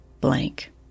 blank